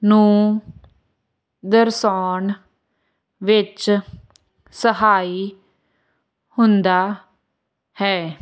ਨੂੰ ਦਰਸਾਉਣ ਵਿੱਚ ਸਹਾਈ ਹੁੰਦਾ ਹੈ